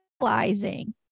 realizing